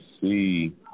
see